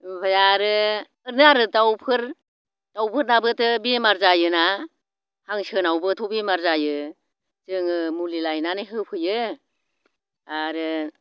ओमफाय आरो ओरैनो आरो दाउफोर दाउफोरनाबोथ' बेमार जायोना हांसोनावबोथ' बेमार जायो जोङो मुलि लायनानै होफैयो आरो